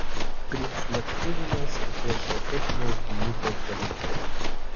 priešlėktuvinės ir priešraketinės gynybos daliniai